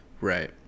right